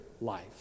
life